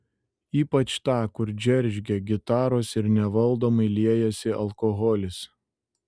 ypač tą kur džeržgia gitaros ir nevaldomai liejasi alkoholis